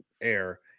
air